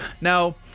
Now